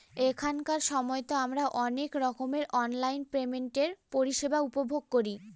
এখনকার সময়তো আমারা অনেক রকমের অনলাইন পেমেন্টের পরিষেবা উপভোগ করি